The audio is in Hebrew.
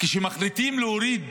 כשמחליטים להוריד